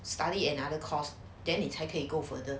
study another course then 你才可以 go further